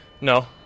No